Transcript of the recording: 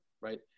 right